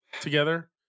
together